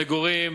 מגורים,